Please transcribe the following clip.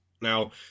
now